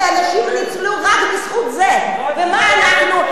מאות אלפי אנשים ניצלו רק בזכות זה, ומה אנחנו?